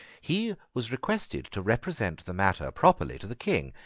he was requested to represent the matter properly to the king.